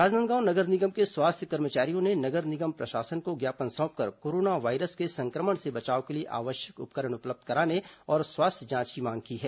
राजनांदगांव नगर निगम के स्वास्थ्य कर्मचारियों ने नगर निगम प्रशासन को ज्ञापन सौंपकर कोरोना वायरस के संक्रमण से बचाव के लिए आवश्यक उपकरण उपलब्ध कराने और स्वास्थ्य जांच की मांग की है